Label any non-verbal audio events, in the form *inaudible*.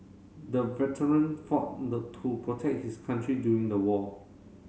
the veteran fought *unintelligible* to protect his country during the war